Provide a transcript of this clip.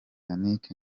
yannick